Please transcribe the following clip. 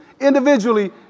individually